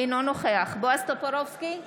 אינו נוכח בועז טופורובסקי,